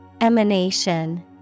Emanation